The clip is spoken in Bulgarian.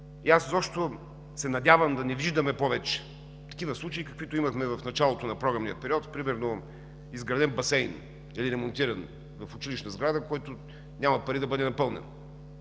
Изобщо се надявам да не виждаме повече такива случаи, каквито имахме в началото на програмния период. Примерно изграден басейн или ремонтиран в училищна сграда, но няма пари да бъде напълнен.